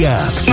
app